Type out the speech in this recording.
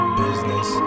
business